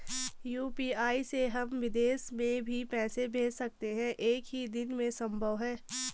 UPI से हम विदेश में भी पैसे भेज सकते हैं एक ही दिन में संभव है?